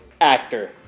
actor